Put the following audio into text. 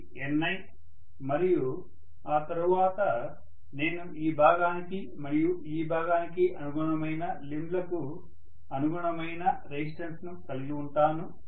ఇది Ni మరియు ఆ తరువాత నేను ఈ భాగానికి మరియు ఈ భాగానికి అనుగుణమైన లింబ్ లకు అనుగుణమైన రెసిస్టెన్స్ ను కలిగి ఉంటాను